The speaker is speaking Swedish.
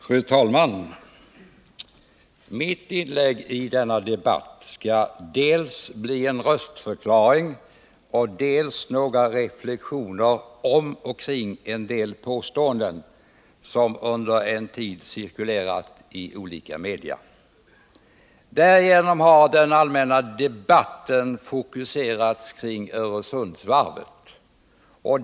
Fru talman! Mitt inlägg i denna debatt skall bli dels en röstförklaring, dels några reflexioner om och kring en del påståenden, som under en tid cirkulerat i olika media. Därigenom har den allmänna debatten fokuserats kring Öresundsvarvet.